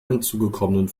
hinzugekommenen